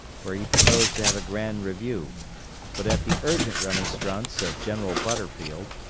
where he proposed to have a grand review but at the urgent remonstrance of general butterfield,